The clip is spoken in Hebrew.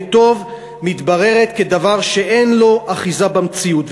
יהיה טוב מתבררת כדבר שאין לו אחיזה במציאות.